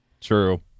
True